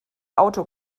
auto